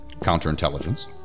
Counterintelligence